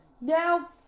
Now